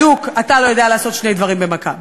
בדוּק: אתה לא יודע לעשות שני דברים במכה.